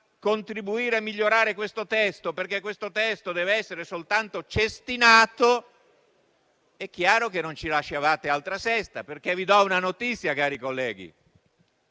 contribuire a migliorare il testo, perché deve essere soltanto cestinato, è chiaro che non ci lasciavate altra scelta. Vi do una notizia, cari colleghi: